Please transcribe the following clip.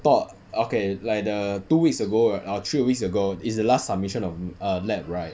thought okay like the two weeks ago or err three weeks ago is the last submission of err lab right